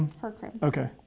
her crib.